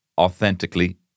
authentically